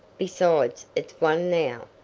besides it's one now.